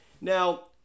Now